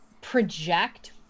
project